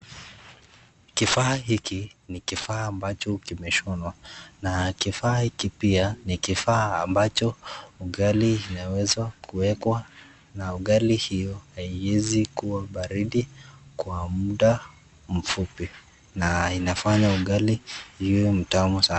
Kifaa hiki ni kifaa ambacho kimeshonwa na kifaa hiki pia ni kifaa ambacho ugali unawezwa kuwekwa na ugali hiyo haiwezikuwa baridi kwa muda mfupi na inafanya ugali iwe mtamu sana.